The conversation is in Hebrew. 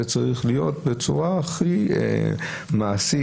זה צריך להיות בצורה הכי מעשית,